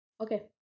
Okay